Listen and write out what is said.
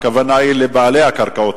הכוונה היא לבעלי הקרקעות